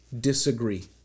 disagree